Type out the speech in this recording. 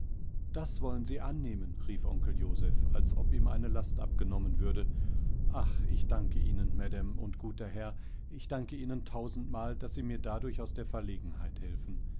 das wollen sie annehmen rief onkel joseph als ob ihm eine last abgenommen würde ach ichdankeihnen madameundguterherr ichdankeihnentausendmal daß sie mir dadurch aus der verlegenheit helfen